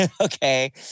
Okay